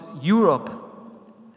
Europe